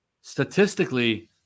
Statistically